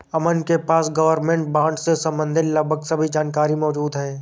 अमन के पास government bond से सम्बंधित लगभग सब जानकारी मौजूद है